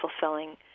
fulfilling